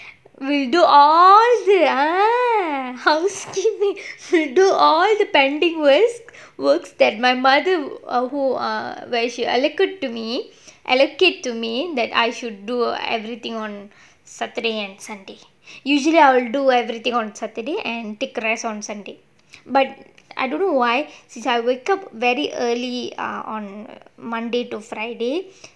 will do all the ah housekeeping do all the pending works works that my mother err who err where she allocate to me allocate to me that I should do everything on saturday and sunday usually I'll do everything on saturday and take rest on sunday but I don't know why since I wake up very early err on monday to friday